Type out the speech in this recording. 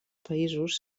països